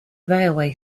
railway